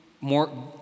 more